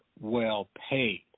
well-paid